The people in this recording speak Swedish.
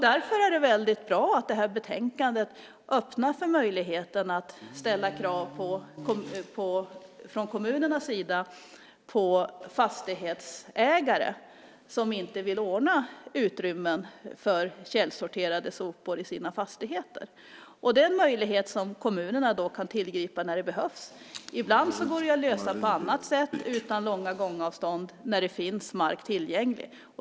Därför är det väldigt bra att det här betänkandet öppnar för möjligheten att från kommunernas sida ställa krav på fastighetsägare som inte vill ordna utrymmen för källsorterade sopor i sina fastigheter. Det är en möjlighet som kommunerna kan tillgripa när det behövs. Ibland går det att lösa det på annat sätt, utan långa gångavstånd, när det finns mark tillgänglig.